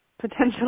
potentially